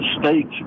state's